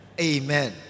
Amen